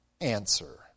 answer